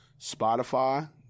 Spotify